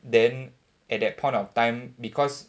then at that point of time because